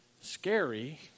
Scary